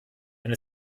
wenn